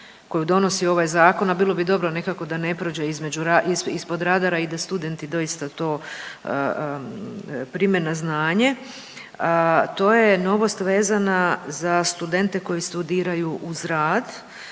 koju donosi ovaj zakon, a bilo dobro nekako da ne prođe između, ispod radara i da studenti doista to prime na znanje. To je novost vezana za studente koji studiraju uz rad,